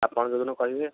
ଆପଣ ଯେଉଁଦିନ କହିବେ